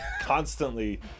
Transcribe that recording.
constantly